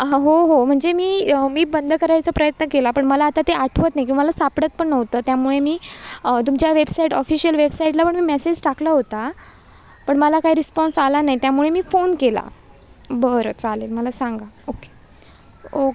हां हो हो म्हणजे मी मी बंद करायचा प्रयत्न केला पण मला आता ते आठवत नाही किंवा मला सापडत पण नव्हतं त्यामुळे मी तुमच्या वेबसाईट ऑफिशियल वेबसाईटला पण मी मेसेज टाकला होता पण मला काही रिस्पॉन्स आला नाही त्यामुळे मी फोन केला बरं चालेल मला सांगा ओके ओके